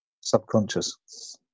subconscious